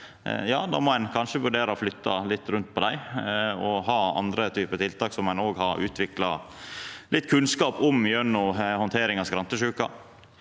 Då må ein kanskje vurdera å flytta litt rundt på dei og ha andre typar tiltak som ein har utvikla litt kunnskap om gjennom handteringa av skrantesjuken.